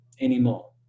anymore